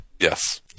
Yes